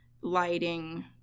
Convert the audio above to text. lighting